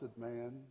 man